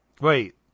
Wait